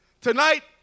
Tonight